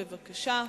בבקשה.